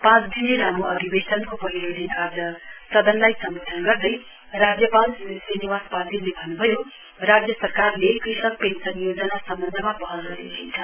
पाँच दिने लामो अधिवेशनको पहिलो दिन आज सदनलाई सम्वोधन गर्दै राज्यपाल श्री श्रीनिवास पाटिलले भन्न्भयो राज्य सरकारले कृषक पेन्सन योजना सम्वन्धमा पहल गरिरहेछ